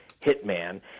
Hitman